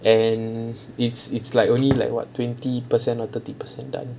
and it's it's like only like what twenty percent or thirty percent done